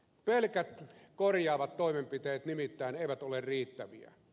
pelkät korjaavat toimenpiteet nimittäin eivät ole riittäviä